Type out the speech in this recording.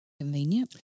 Convenient